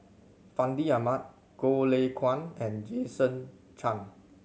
Fandi Ahmad Goh Lay Kuan and Jason Chan